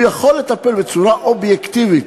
הוא יכול לטפל בצורה אובייקטיבית